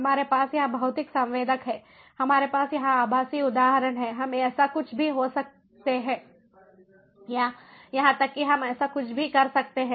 हमारे पास यह भौतिक संवेदक है हमारे पास यह आभासी उदाहरण है हम ऐसा कुछ भी हो सकते हैं या यहां तक कि हम ऐसा कुछ भी कर सकते हैं